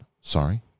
Sorry